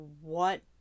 what-